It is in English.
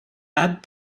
add